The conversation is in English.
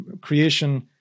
creation